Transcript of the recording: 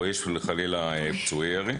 או חלילה יש פצועי ירי.